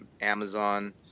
amazon